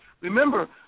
Remember